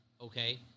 Okay